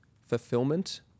fulfillment